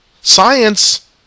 science